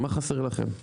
מה חסר לכם?